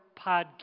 podcast